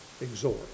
exhort